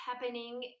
happening